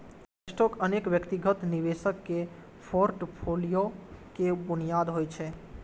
stock अनेक व्यक्तिगत निवेशक के फोर्टफोलियो के बुनियाद होइ छै